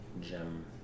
gem